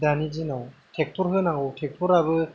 दानि दिनाव टेक्टर होनांगौ टेक्टराबो